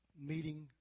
meeting